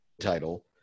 title